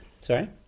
Sorry